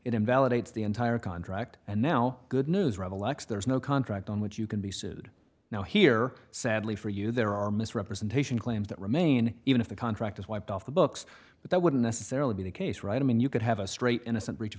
invalidates the entire contract and now good news rival lex there is no contract on which you can be sued now here sadly for you there are misrepresentation claims that remain even if the contract is wiped off the books but that wouldn't necessarily be the case right i mean you could have a straight innocent breach